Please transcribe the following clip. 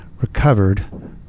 recovered